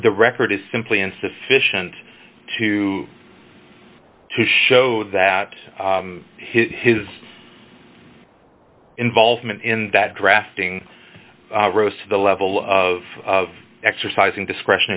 the record is simply insufficient to to show that his involvement in that drafting rose to the level of exercising discretion